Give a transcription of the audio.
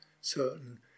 certain